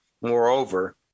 moreover